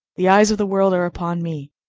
the eyes of the world are upon me.